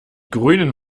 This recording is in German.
grünen